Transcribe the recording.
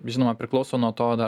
žinoma priklauso nuo to dar